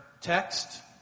text